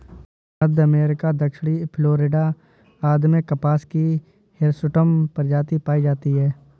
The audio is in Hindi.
मध्य अमेरिका, दक्षिणी फ्लोरिडा आदि में कपास की हिर्सुटम प्रजाति पाई जाती है